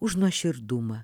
už nuoširdumą